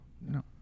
No